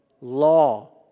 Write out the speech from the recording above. Law